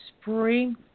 spring